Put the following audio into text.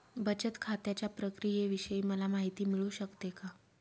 बचत खात्याच्या प्रक्रियेविषयी मला माहिती मिळू शकते का?